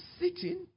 sitting